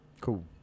Cool